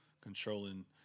controlling